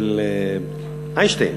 איינשטיין,